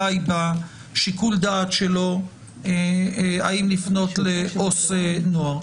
די בשיקול הדעת שלו האם לפנות לעובד סוציאלי לנוער.